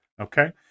Okay